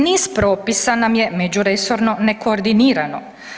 Niz propisa nam je međuresorno nekoordinirano.